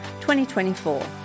2024